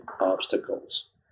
obstacles